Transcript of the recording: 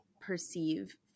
perceive